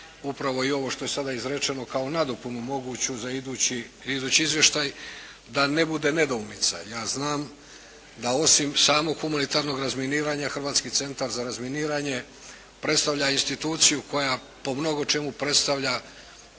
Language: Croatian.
upravo i ovo što je sada izrečeno kao nadopunu moguću za idući izvještaj, da ne bude nedoumica. Ja znam da osim samog humanitarnog razminiranja, Hrvatski centar za razminiranje predstavlja instituciju koja po mnogo čemu predstavlja